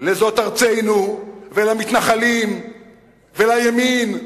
ל"זו ארצנו" ולמתנחלים ולימין.